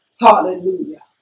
Hallelujah